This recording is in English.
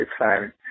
exciting